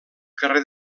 carrer